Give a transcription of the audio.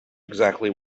exactly